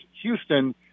Houston